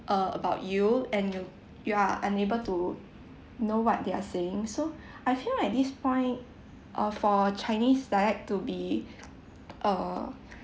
uh about you and you you are unable to know what they are saying so I feel like this point uh for chinese dialect to be uh